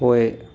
पोइ